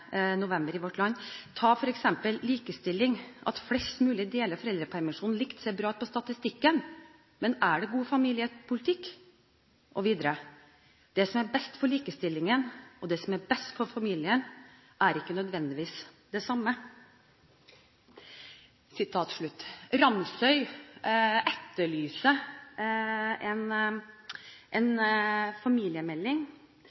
november: «Ta for eksempel likestilling. At flest mulig deler foreldrepermisjonen likt, ser bra ut på statistikken, men er det god familiepolitikk?» Og videre: «Det som er best for likestillingen, og det som er best for familien, er ikke nødvendigvis det samme.» Ramsøy etterlyser en